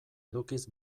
edukiz